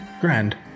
grand